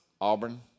Auburn